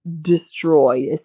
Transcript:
destroyed